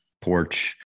porch